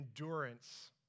endurance